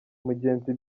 mugenzi